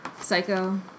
Psycho